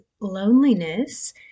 loneliness